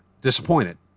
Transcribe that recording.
disappointed